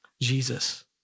Jesus